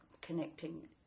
Connecting